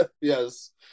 Yes